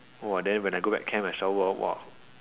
!wah! then when I go back camp I shower hor !wah!